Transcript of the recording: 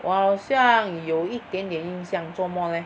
我好像有一点点印象做么 leh